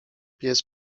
pies